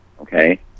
okay